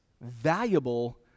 valuable